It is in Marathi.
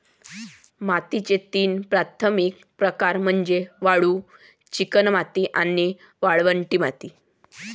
मातीचे तीन प्राथमिक प्रकार म्हणजे वाळू, चिकणमाती आणि वाळवंटी माती